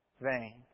vain